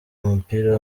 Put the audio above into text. umupira